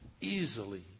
easily